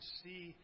see